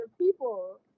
people